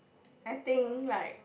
I think like